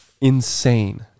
insane